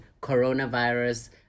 coronavirus